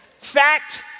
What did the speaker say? Fact